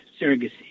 surrogacy